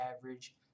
average